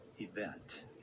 event